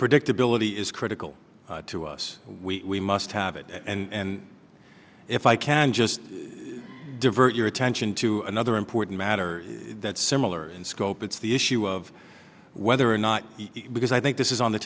predictability is critical to us we must have it and if i can just divert your attention to another important matter that's similar in scope it's the issue of whether or not because i think this is on the